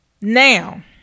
Now